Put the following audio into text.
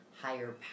higher